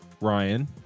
Ryan